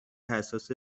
حساس